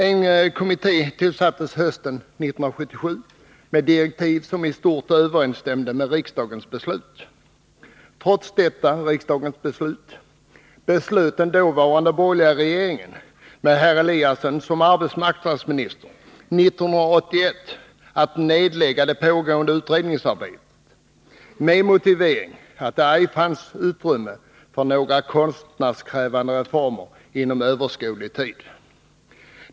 En kommitté tillsattes hösten 1977 med direktiv som i stort överensstämde med riksdagens beslut. Trots detta riksdagens beslut, beslöt den dåvarande borgerliga regeringen, med herr Eliasson som arbetsmarknadsminister, 1981 att nedlägga det pågående utredningsarbetet med motiveringen att det ej fanns utrymme för några kostnadskrävande reformer inom överskådlig tid.